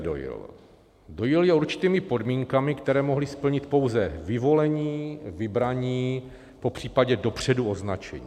Dojil je určitými podmínkami, které mohli splnit pouze vyvolení, vybraní, popřípadě dopředu označení.